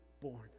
born